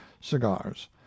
cigars